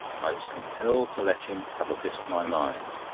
i was compelled to let him have a bit of my mind.